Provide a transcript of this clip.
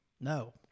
No